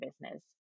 business